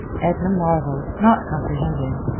edna marveled, not comprehending.